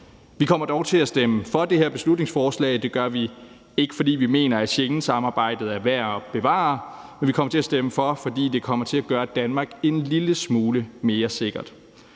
Vi kommer dog til at stemme for det her beslutningsforslag, og det gør vi ikke, fordi vi mener, at Schengensamarbejdet er værd at bevare, men fordi det kommer til at gøre Danmark en lille smule mere sikkert.